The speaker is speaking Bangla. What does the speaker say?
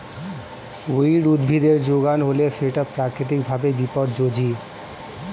উইড উদ্ভিদের যোগান হলে সেটা প্রাকৃতিক ভাবে বিপর্যোজী